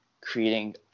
creating